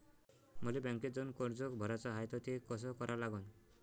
मले बँकेत जाऊन कर्ज भराच हाय त ते कस करा लागन?